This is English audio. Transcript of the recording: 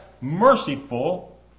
merciful